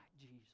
Jesus